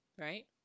right